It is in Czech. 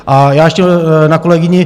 A já ještě na kolegyni.